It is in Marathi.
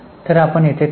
तर आपण येथे थांबू